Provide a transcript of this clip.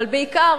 אבל בעיקר,